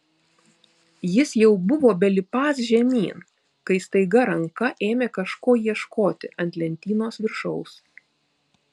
jis jau buvo belipąs žemyn kai staiga ranka ėmė kažko ieškoti ant lentynos viršaus